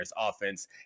offense